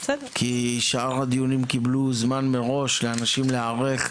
כי שאר הדיונים קיבלו זמן מראש לאנשים להיערך,